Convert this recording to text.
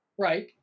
Right